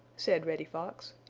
said reddy fox,